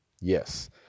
Yes